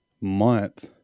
month